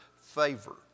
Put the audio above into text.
favor